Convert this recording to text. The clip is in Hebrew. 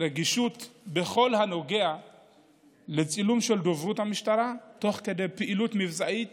רגישות בכל הנוגע לצילום של דוברות המשטרה תוך כדי פעילות מבצעית